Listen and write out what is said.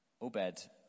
Obed